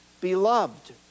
Beloved